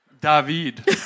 David